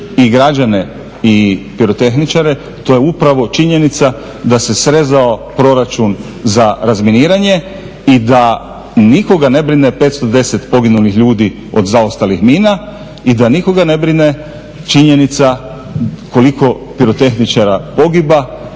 i građane i pirotehničare to je upravo činjenica da se srezao proračun za razminiranje i da nikoga ne brine 510 poginulih ljudi od zaostalih mina i da nikoga ne brine činjenica koliko pirotehničara pogiba